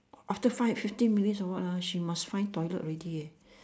after five fifteen minutes or what ah she must find toilet already eh